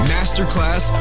Masterclass